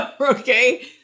Okay